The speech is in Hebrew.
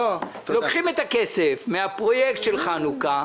לוקחים את הכסף מהפרויקט של חנוכה,